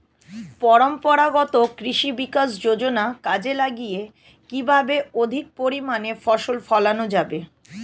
পরম্পরাগত কৃষি বিকাশ যোজনা কাজে লাগিয়ে কিভাবে অধিক পরিমাণে ফসল ফলানো যাবে?